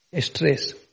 stress